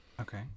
okay